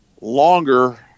longer